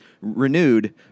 renewed